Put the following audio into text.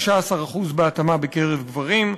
16% בהתאמה בקרב גברים,